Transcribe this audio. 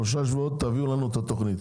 עוד שלושה שבועות תביאו לנו את התוכנית.